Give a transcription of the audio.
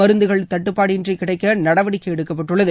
மருந்துகள் தட்டுப்பாடின்றி கிடைக்க நடவடிக்கை எடுக்கப்பட்டுள்ளது